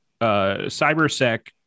cybersec